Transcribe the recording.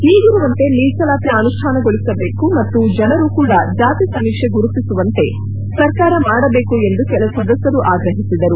ಈಗಿರುವಂತೆ ಮೀಸಲಾತಿ ಅನುಷ್ಣಾನಗೊಳಿಸಬೇಕು ಮತ್ತು ಜನರು ಕೂಡಾ ಸಮೀಕ್ಸೆ ಗುರುತಿಸುವಂತೆ ಸರ್ಕಾರ ಮಾಡಬೇಕು ಎಂದು ಕೆಲ ಸದಸ್ಲರು ಆಗ್ರಹಿಸಿದರು